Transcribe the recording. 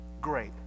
Great